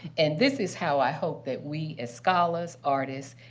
and this is how i hope that we as scholars, artists,